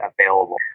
available